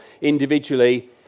individually